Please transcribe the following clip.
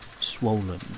swollen